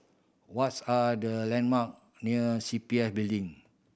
what's are the landmark near C P F Building